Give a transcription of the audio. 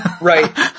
Right